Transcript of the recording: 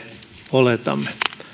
oletamme